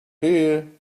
here